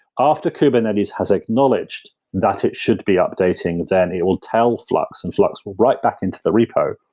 after kubernetes has acknowledged that it should be updating, then it will tell flux and flux will write back into the repo,